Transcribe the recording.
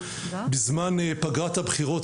בזמן פגרת הבחירות,